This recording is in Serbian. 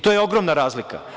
To je ogromna razlika.